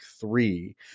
three